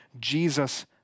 Jesus